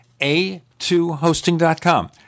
A2hosting.com